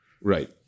right